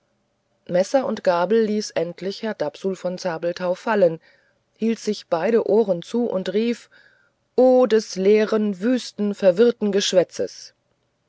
messer und gabel ließ endlich herr dapsul von zabelthau fallen hielt sich beide ohren zu und rief o des leeren wüsten verwirrten geschwätzes